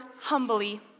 humbly